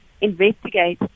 investigate